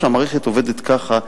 כשהמערכת עובדת כך,